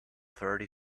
thirty